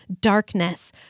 darkness